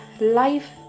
life